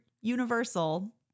Universal